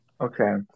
Okay